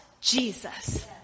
Jesus